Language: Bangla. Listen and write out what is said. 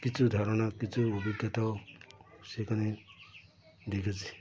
কিছু ধারণা কিছু অভিজ্ঞতাও সেখানে দেখেছি